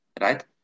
right